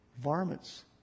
varmints